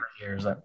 years